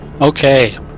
Okay